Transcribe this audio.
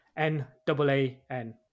N-double-A-N